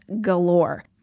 galore